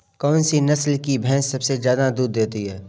कौन सी नस्ल की भैंस सबसे ज्यादा दूध देती है?